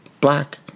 Black